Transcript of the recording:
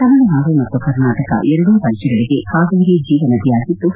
ತಮಿಳುನಾಡು ಮತ್ತು ಕರ್ನಾಟಕ ಎರಡೂ ರಾಜ್ಲಗಳಿಗೆ ಕಾವೇರಿ ಜೀವನದಿಯಾಗಿದ್ದು